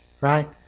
right